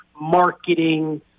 marketing